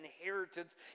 inheritance